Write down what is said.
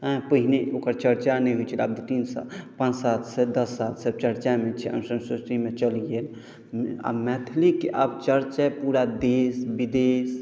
हँ पहिने ओकर चर्चा नहि होइत छलए आब दू तीन साल पाँच सालसँ दस सालसँ चर्चामे छै अष्टम सूचिमे चलि गेल आब मैथिलीके आब चर्चा पूरा देश विदेश